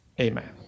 amen